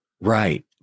Right